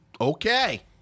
Okay